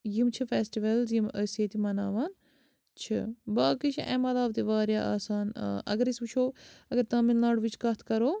یِم چھِ فیٚسٹِوَلٕز یِم أسۍ ییٚتہِ مَناوان چھِ باقٕے چھِ اَمہِ علاوٕ تہِ واریاہ آسان ٲں اگر أسۍ وُچھو اگر تامِل ناڈو وٕچۍ کَتھ کَرو